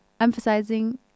emphasizing